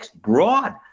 broad